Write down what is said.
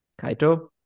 kaito